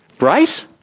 right